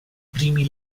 primi